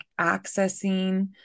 accessing